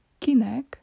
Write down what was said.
Kinek